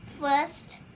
First